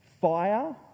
fire